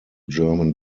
german